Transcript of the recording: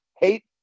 Hate